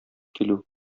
килү